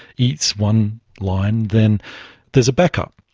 eats one line, then there is a backup.